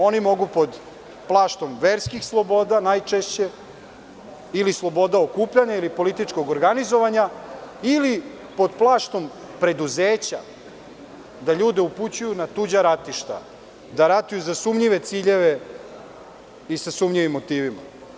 Oni mogu pod plaštom verskih sloboda, najčešće, ili sloboda okupljanja, ili političkog organizovanja, ili pod plaštom preduzeća da ljude upućuju na tuđa ratišta, da ratuju za sumnjive ciljeve i sa sumnjivim motivima.